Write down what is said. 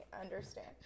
understand